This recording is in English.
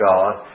God